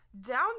Down